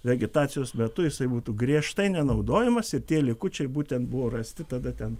vegetacijos metu jisai būtų griežtai nenaudojamas ir tie likučiai būtent buvo rasti tada ten